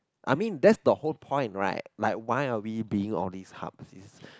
I mean that's the whole point right like why are we being all these hubs